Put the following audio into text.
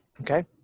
Okay